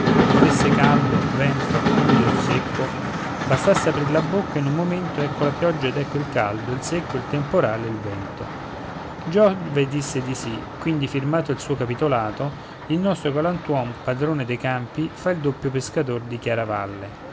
volesse caldo vento umido o secco bastasse aprir la bocca e in un momento ecco la pioggia ed ecco il caldo il secco il temporale il vento giove disse di sì quindi firmato il suo capitolato il nostro galantuom padron de campi fa il doppio pescator di chiaravalle